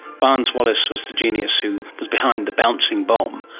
barnes wallis was the genius who was behind the bouncing bomb.